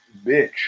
bitch